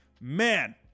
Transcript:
Man